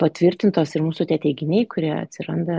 patvirtintos ir mūsų tie teiginiai kurie atsiranda